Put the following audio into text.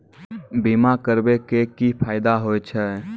बीमा करबै के की फायदा होय छै?